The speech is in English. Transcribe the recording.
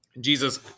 Jesus